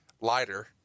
lighter